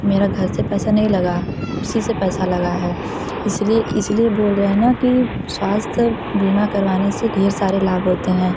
मेरा घर से पैसा नहीं लगा उसी से पैसा लगा है इसलिए इसलिए बोल रहें न कि स्वास्थ बीमा करवाने से ढेर सारे लाभ होते हैं